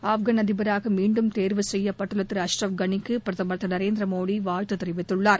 ஆப்கன் அதிபராக மீண்டும் தேர்வு செய்யப்பட்டுள்ள திரு அஷ்ரப் கனிக்கு பிரதமர் திரு நரேந்திர மோடி வாழ்த்து தெரிவித்துள்ளார்